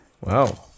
wow